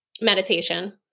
meditation